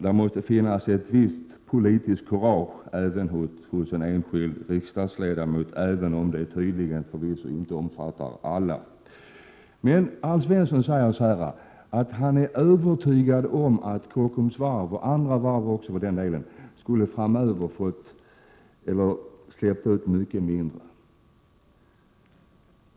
Det måste finnas ett visst politiskt kurage även hos en enskild riksdagsledamot, men det finns tydligen inte hos alla. Alf Svensson säger här att han är övertygad om att Kockums Varv, och andra varv också för den delen, framöver skulle börja släppa ut mycket mindre.